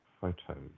photos